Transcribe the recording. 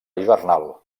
hivernal